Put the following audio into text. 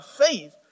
faith